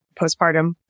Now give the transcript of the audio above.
postpartum